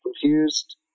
confused